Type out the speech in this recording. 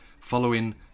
following